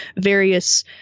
various